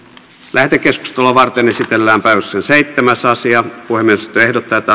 lähetekeskustelua varten esitellään päiväjärjestyksen seitsemäs asia puhemiesneuvosto ehdottaa että